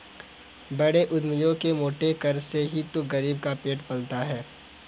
बड़े उद्यमियों के मोटे कर से ही तो गरीब का पेट पलता है